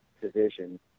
division